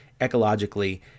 ecologically